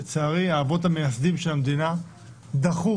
לצערי, האבות המייסדים של המדינה דחו